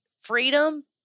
Freedom